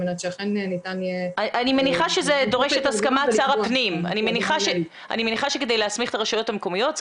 אני מניחה שכדי להסמיך את הרשויות המקומיות,